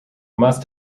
must